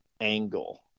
angle